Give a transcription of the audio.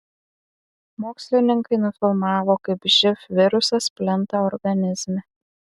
mokslininkai nufilmavo kaip živ virusas plinta organizme